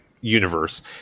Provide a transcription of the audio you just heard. universe